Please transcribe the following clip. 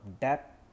debt